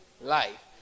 life